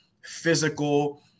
physical